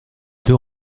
deux